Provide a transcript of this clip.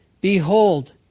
Behold